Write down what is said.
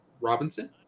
Robinson